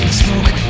smoke